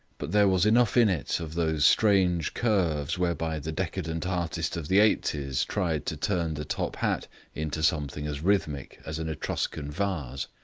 but there was enough in it of those strange curves whereby the decadent artist of the eighties tried to turn the top-hat into something as rhythmic as an etruscan vase.